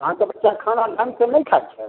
अहाँके बच्चा खाना ढङ्ग से नहि खाइत छै